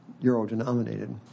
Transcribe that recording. euro-denominated